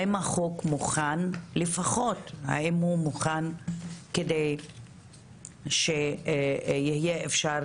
האם החוק מוכן, לפחות האם הוא מוכן כדי שיהיה אפשר